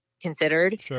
considered